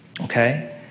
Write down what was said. okay